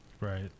Right